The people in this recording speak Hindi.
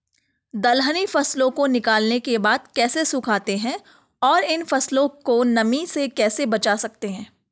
दलहनी फसलों को निकालने के बाद कैसे सुखाते हैं और इन फसलों को नमी से कैसे बचा सकते हैं?